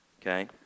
Okay